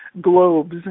globes